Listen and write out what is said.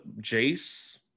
Jace